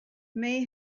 may